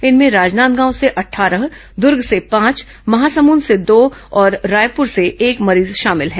इनमें राजनांदगांव से अट्ठारह दूर्ग से पांच महासमुद से दो और रायपूर से एक मरीज शामिल हैं